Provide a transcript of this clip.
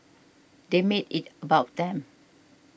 they made it about them